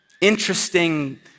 interesting